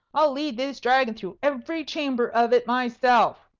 i'll lead this dragon through every chamber of it myself.